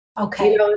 Okay